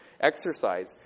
exercise